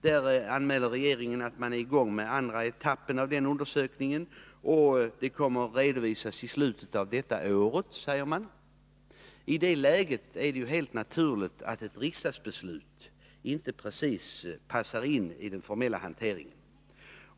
Där anmäler regeringen att 11 Riksdagens protokoll 1981/82:39-41 man är i gång med andra etappen av undersökningen, som kommer att redovisas i slutet av detta år. I det läget är det helt naturligt att ett riksdagsbeslut inte precis passar i den formella hanteringen.